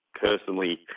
personally